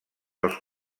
els